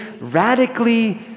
radically